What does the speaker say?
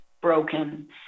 broken